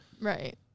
Right